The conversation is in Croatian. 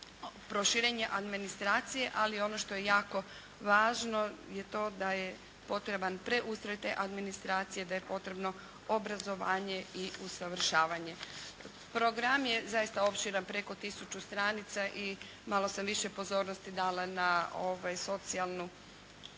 proširenje administracije, ali ono što je jako važno je to da je potreban preustroj te administracije, da je potrebno obrazovanje i usavršavanje. Program je zaista opširan, preko tisuću stranica i malo sam više pozornosti dala na socijalnu